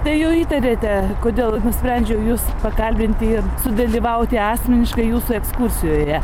tai jau įtariate kodėl nusprendžiau jus pakalbinti ir sudalyvauti asmeniškai jūsų ekskursijoje